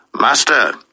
Master